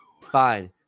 Fine